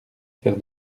faire